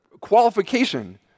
qualification